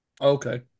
Okay